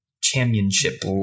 Championship